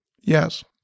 Yes